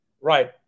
Right